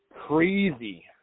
crazy